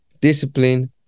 discipline